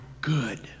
good